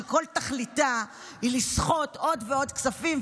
שכל תכליתה היא לסחוט עוד ועוד כספים,